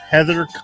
Heather